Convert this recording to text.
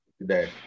today